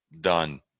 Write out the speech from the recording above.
done